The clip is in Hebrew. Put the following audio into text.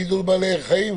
גידול בעלי חיים?